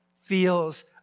feels